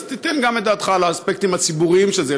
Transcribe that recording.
אז תיתן גם את דעתך על האספקטים הציבוריים של זה,